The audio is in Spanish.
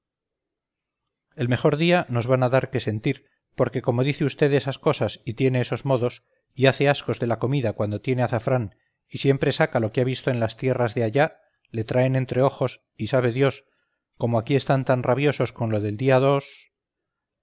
el mejor día nos van a dar que sentir porque como dice vd esas cosas y tiene esos modos y hace ascos de la comida cuando tiene azafrán y siempre saca lo que ha visto en las tierras de allá le traen entre ojos y sabe dios como aquí están tan rabiosos con lo del día